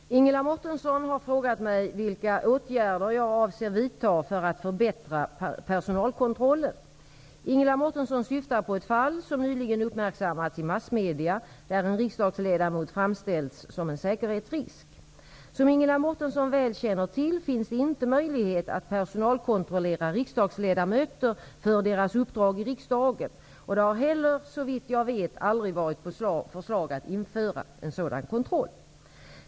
Fru talman! Ingela Mårtensson har frågat mig vilka åtgärder jag avser att vidta för att förbättra personalkontrollen. Ingela Mårtensson syftar på ett fall, som nyligen uppmärksammats i massmedia, där en riksdagsledamot framställts som en säkerhetsrisk. Som Ingla Mårtensson väl känner till finns det inte möjlighet att personalkontrollera riksdagsledamöter för deras uppdrag i riksdagen. Det har heller såvitt jag vet aldrig varit på förslag att införa sådan kontroll.